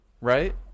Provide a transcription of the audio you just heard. right